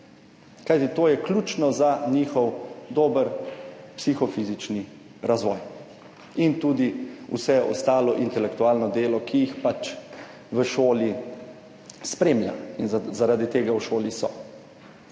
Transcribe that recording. to je ključno za njihov dober psihofizični razvoj in tudi vse ostalo intelektualno delo, ki jih pač v šoli spremlja in zaradi tega v šoli so,